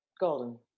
Golden